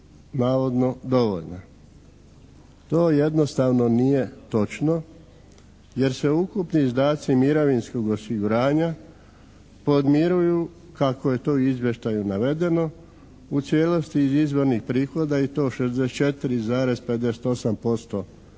To jednostavno nije točno jer se ukupni izdaci mirovinskog osiguranja podmiruju kako je to u izvještaju navedeno u cijelosti iz izvornih prihoda i to 64,58% od